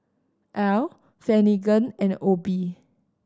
Al Finnegan and Obe